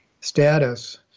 status